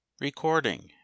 Recording